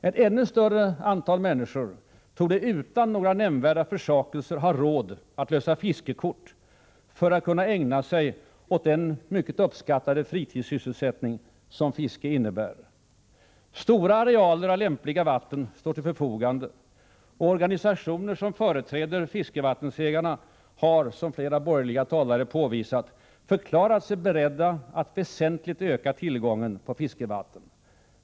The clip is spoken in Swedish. Ett ännu större antal människor torde utan några nämnvärda försakelser ha råd att lösa fiskekort för att kunna ägna sig åt den mycket uppskattade fritidssysselsättning som fiske innebär. Stora arealer av lämpliga vatten står till förfogande, och organisationer som företräder fiskevattensägarna har — som flera borgerliga talare påvisat — förklarat sig beredda att väsentligt öka tillgången på fiskevatten.